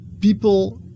People